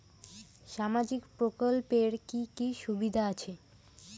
সামাজিক প্রকল্পের কি কি সুবিধা আছে?